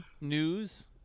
news